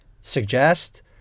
Suggest